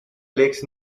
lakes